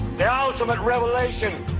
the ultimate revelation.